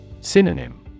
Synonym